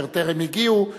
אשר טרם הגיעו,